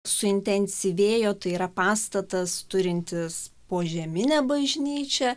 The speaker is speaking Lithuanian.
suintensyvėjo tai yra pastatas turintis požeminę bažnyčią